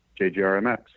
JGRMX